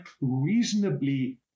reasonably